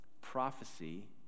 prophecy